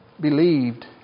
believed